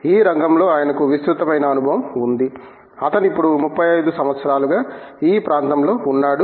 ఈ రంగంలో ఆయనకు విస్తృతమైన అనుభవం ఉంది అతను ఇప్పుడు 35 సంవత్సరాలుగా ఈ ప్రాంతంలో ఉన్నాడు